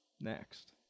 next